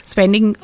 Spending